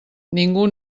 ningú